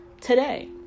today